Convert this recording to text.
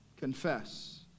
confess